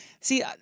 See